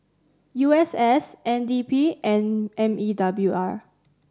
U S S N D P and M E W R